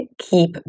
keep